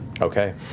Okay